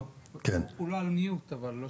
אבל המציאות היא שונה לחלוטין.